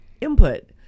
Input